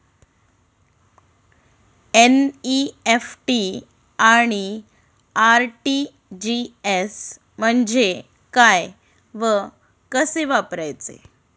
NEFT आणि RTGS म्हणजे काय व कसे वापरायचे?